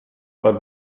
but